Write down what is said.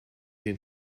den